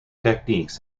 techniques